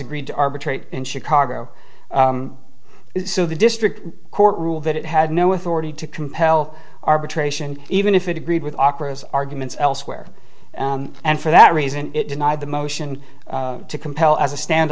agreed to arbitrate in chicago so the district court ruled that it had no authority to compel arbitration even if it agreed with opera's arguments elsewhere and for that reason it denied the motion to compel as a stand